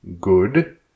good